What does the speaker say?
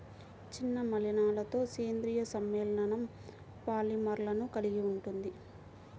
చిన్న మలినాలతోసేంద్రీయ సమ్మేళనంపాలిమర్లను కలిగి ఉంటుంది